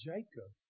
Jacob